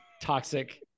toxic